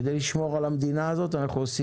כדי לשמור על המדינה הזאת אנחנו עושים